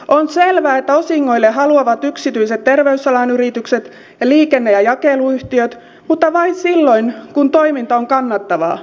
on selvää että osingoille haluavat yksityiset terveysalan yritykset ja liikenne ja jakeluyhtiöt mutta vain silloin kun toiminta on kannattavaa